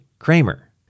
Kramer